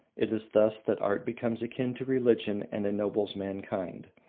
it is thus that art becomes akin to religion and ennobles mankind.